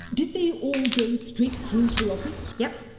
did they all go straight through to the office? yep.